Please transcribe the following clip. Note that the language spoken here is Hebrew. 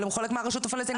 אבל הוא חלק מהרשות הפלסטינית.